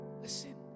Listen